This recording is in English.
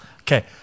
Okay